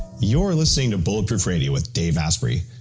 you're listening to bulletproof radio with dave asprey.